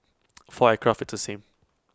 for aircraft it's the same